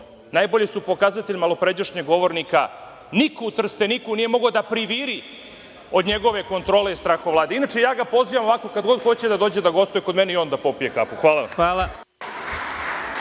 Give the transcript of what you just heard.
najbolji su pokazatelji malopređašnjeg govornika. Niko u Trsteniku nije mogao da priviri od njegove kontrole strahovlade. Inače, ja ga pozivam ovako kad god hoće da dođe da gostuje kod mene i on da popije kafu. Hvala vam.